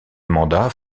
mandat